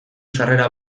sarrera